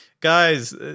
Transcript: guys